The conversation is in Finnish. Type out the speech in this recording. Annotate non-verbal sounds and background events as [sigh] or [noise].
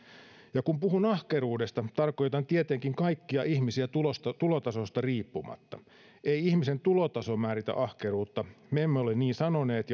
ja kun puhun ahkeruudesta tarkoitan tietenkin kaikkia ihmisiä tulotasosta riippumatta ei ihmisen tulotaso määritä ahkeruutta me emme ole niin sanoneet [unintelligible]